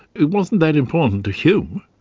it wasn't that important to hume.